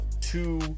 two